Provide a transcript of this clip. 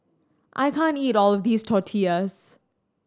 I can't eat all of this Tortillas